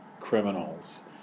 criminals